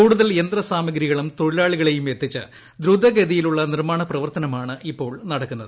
കൂടുതൽ യന്ത്രസാമഗ്രികളും തൊഴിലാളികളെയും എത്തിച്ച് ദ്രുതഗതിയിലുള്ള നിർമ്മാണ പ്രവർത്തനമാണ് ഇപ്പോൾ നടക്കുന്നത്